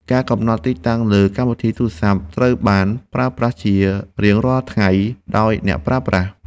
ការកំណត់ទីតាំងលើកម្មវិធីទូរសព្ទ ត្រូវបានប្រើប្រាស់ជារៀងរាល់ថ្ងៃដោយអ្នកប្រើប្រាស់។